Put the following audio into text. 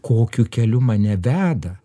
kokiu keliu mane veda